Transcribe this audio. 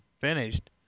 finished